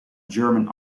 german